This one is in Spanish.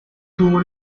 tuvo